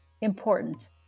important